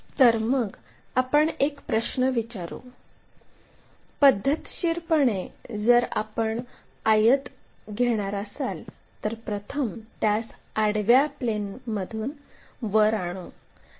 तर मग आपण एक प्रश्न विचारू पद्धतशीरपणे जर आपण आयत घेणार असाल तर प्रथम त्यास आडव्या प्लेनमधून वर आणू